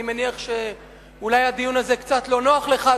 אני מניח שאולי הדיון הזה אולי קצת לא נוח לך,